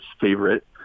favorite